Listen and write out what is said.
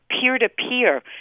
peer-to-peer